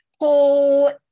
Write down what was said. pull